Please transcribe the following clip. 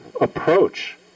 approach